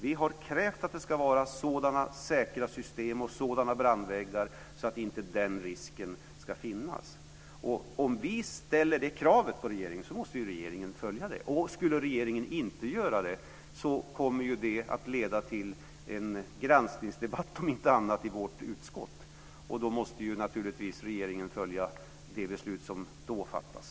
Vi har krävt att det ska vara sådana säkra system och sådana brandväggar att inte den risken ska finnas. Om vi ställer det kravet på regeringen måste regeringen följa det. Skulle regeringen inte göra det kommer ju det om inte annat att leda till en granskningsdebatt i vårt utskott. Då måste naturligtvis regeringen följa det beslut som fattas.